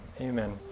Amen